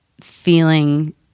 feeling